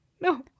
No